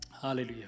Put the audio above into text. Hallelujah